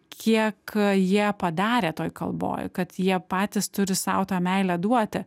kiek jie padarė toj kalboj kad jie patys turi sau tą meilę duoti